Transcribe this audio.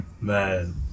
man